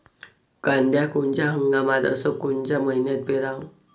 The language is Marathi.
कांद्या कोनच्या हंगामात अस कोनच्या मईन्यात पेरावं?